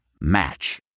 Match